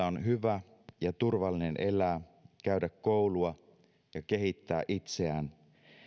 on hyvä ja turvallista elää käydä koulua ja kehittää itseään